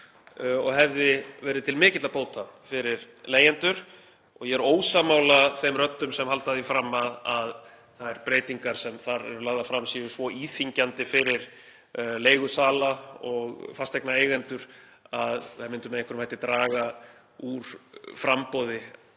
og hefði verið til mikilla bóta fyrir leigjendur og ég er ósammála þeim röddum sem halda því fram að þær breytingar sem þar eru lagðar fram séu svo íþyngjandi fyrir leigusala og fasteignaeigendur að þær myndu með nokkrum hætti draga úr framboði